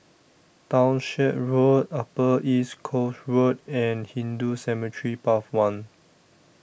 Townshend Road Upper East Coast Road and Hindu Cemetery Path one